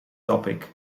topic